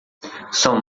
são